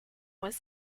was